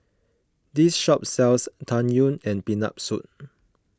this shop sells Tang Yuen and Peanut Soup